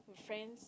with friends